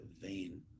vain